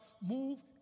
move